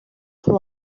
kuri